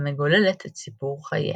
המגוללת את סיפור חייה.